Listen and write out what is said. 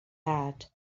had